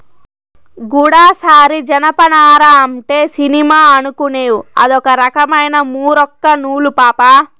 గూడసారి జనపనార అంటే సినిమా అనుకునేవ్ అదొక రకమైన మూరొక్క నూలు పాపా